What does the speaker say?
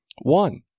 One